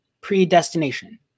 predestination